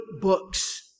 books